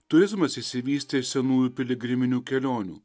turizmas išsivystė iš senųjų piligriminių kelionių